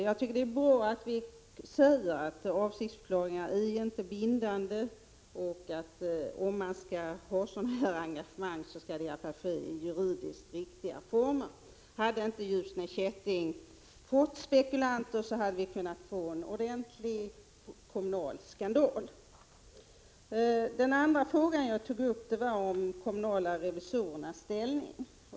Jag tycker det är bra att vi säger att avsiktsförklaringar inte är bindande och att, om det skall finnas sådana här engagemang, de skall försiggå i juridiskt giltiga former. Hade inte Ljusne Kätting fått spekulanter hade vi kunnat få en ordentlig kommunal skandal. Den andra fråga som jag tog upp gällde de kommunala revisorernas ställning.